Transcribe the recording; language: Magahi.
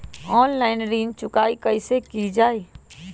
ऑनलाइन ऋण चुकाई कईसे की ञाई?